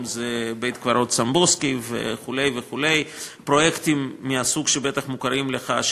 אם זה בית-קברות סמבוסקי וכו' וכו'; פרויקטים מהסוג שבטח מוכר לך,